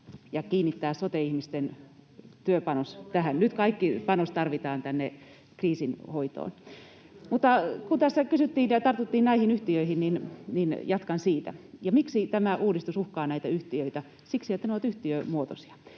kokoomuksesta sote-uudistusta ja nyt sitä jarrutetaan!] Mutta kun tässä kysyttiin ja tartuttiin näihin yhtiöihin, niin jatkan siitä. Miksi tämä uudistus uhkaa näitä yhtiöitä? Siksi, että ne ovat yhtiömuotoisia,